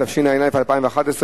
התשע"א 2011,